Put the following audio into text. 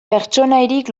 pertsonaiarik